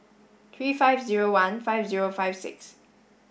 three five zero one five zero five six